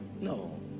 No